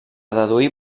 deduir